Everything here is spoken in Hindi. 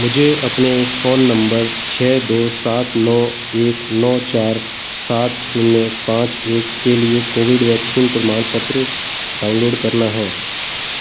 मुझे अपने फ़ोन नम्बर छः दो सात नौ एक नौ चार सात शून्य पाँच एक के लिए कोविड वैक्सीन प्रमाणपत्र डाउनलोड करना है